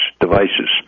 devices